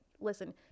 listen